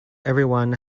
everyone